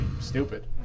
stupid